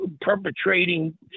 perpetrating